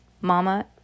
mama